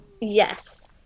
Yes